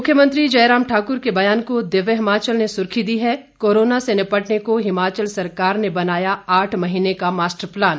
मुख्यमंत्री जयराम ठाक्र के बयान को दिव्य हिमाचल ने सुर्खी दी है कोरोना से निपटने को हिमाचल सरकार ने बनाया आठ महीने का मास्टर प्लान